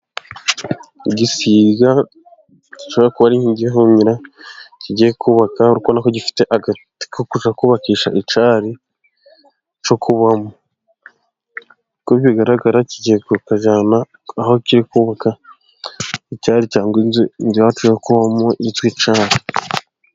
Igisiga gishobora kuba ari nk'igihunyira kigiye kubaka, uri kubona ko gifite agati ko kuza kubakisha icyari cyo kubamo, uko bigaragara kigiye kukajyana aho kiri kubaka icyari, cyangwa inzu yacyo yo kubamo, yitwa icyari.